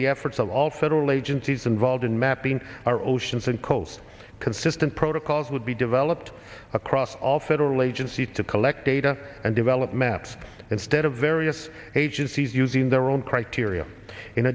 the efforts of all federal agencies involved in mapping our oceans and coast consistent protocols would be developed across all federal agencies to collect data and develop maps instead of various agencies using their own criteria in